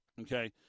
Okay